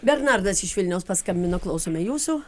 bernardas iš vilniaus paskambino klausome jūsų